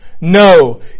No